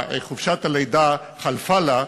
חופשת הלידה חלפה לה,